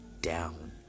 down